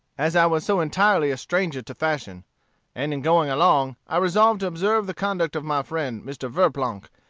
as i was so entirely a stranger to fashion and in going along, i resolved to observe the conduct of my friend mr. verplanck,